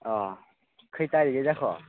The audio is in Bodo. अह खैय थारिगै जाखो